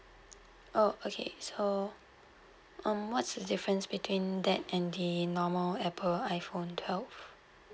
oh okay so um what's the difference between that and the normal Apple iphone twelve